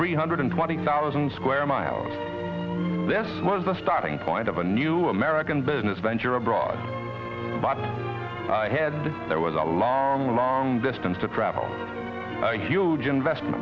three hundred twenty thousand square miles this was the starting point of a new american business venture abroad but head there was a long long distance to travel huge investment